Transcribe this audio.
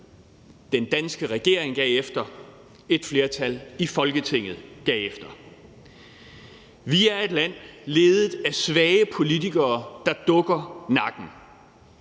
Den danske regering gav efter, et flertal i Folketinget gav efter. Vi er et land ledet af svage politikere, der dukker nakken,